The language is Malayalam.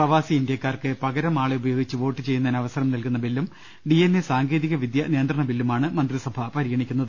പ്രവാസി ഇന്ത്യക്കാർക്ക് പകരം ആളെ ഉപയോ ഗിച്ച് വോട്ട് ചെയ്യുന്നതിന് അവസരം നൽകുന്ന ബില്ലും ഡി എൻ എ സാങ്കേതിക വിദ്യ നിയന്ത്രണ ബില്ലുമാണ് മന്ത്രിസഭ പരിഗണിക്കുന്നത്